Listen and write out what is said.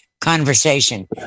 conversation